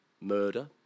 murder